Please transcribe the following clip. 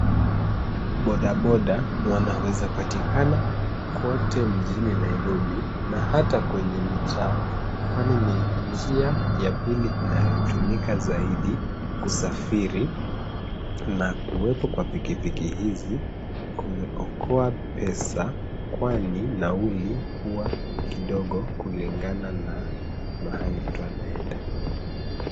Bodaboda wanaweza patikana kote mjini Nairobi na hata kwenye mitaa kwani ni njia ya pili inayotumika zaidi kusafiri na kuwepo kwa pikipiki hizi kumeokoa pesa kwani nauli huwa kidogo kulingana na mahali mtu anaenda.